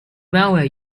malware